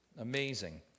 Amazing